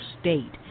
state